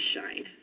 shine